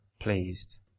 pleased